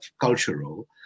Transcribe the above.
cultural